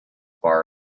bar